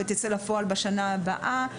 ותצא לפועל בשנה הבאה.